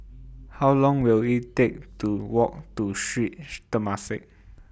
How Long Will IT Take to Walk to Sri Temasek